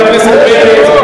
חבר הכנסת פרץ,